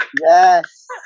Yes